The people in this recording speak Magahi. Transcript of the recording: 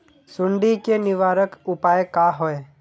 सुंडी के निवारक उपाय का होए?